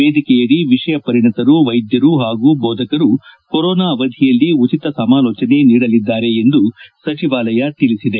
ವೇದಿಕೆಯಡಿ ವಿಷಯ ಪರಿಣಿತರು ವೈದ್ಯರು ಹಾಗೂ ಬೋಧಕರು ಕೊರೋನಾ ಅವಧಿಯಲ್ಲಿ ಉಚಿತ ಸಮಾಲೋಚನೆ ನೀಡಲಿದ್ಗಾರೆ ಎಂದು ಸಚಿವಾಲಯ ತಿಳಿಸಿದೆ